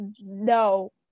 no